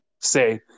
say